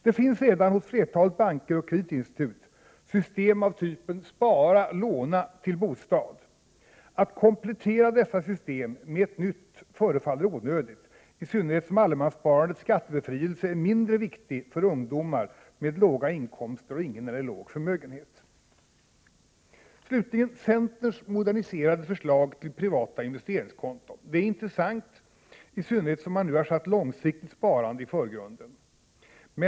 Det finns redan, hos flertalet banker och kreditinstitut, system av typen spara-låna-till-bostad. Att komplettera dessa system med ett nytt förefaller onödigt, i synnerhet som allemanssparandets skattebefrielse är mindre viktig för ungdomar med låga inkomster och ingen eller låg förmögenhet. Centerns moderniserade förslag till privata investeringskonton är intressant, i synnerhet som man nu har satt långsiktigt sparande i förgrunden.